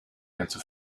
into